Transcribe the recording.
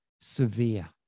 severe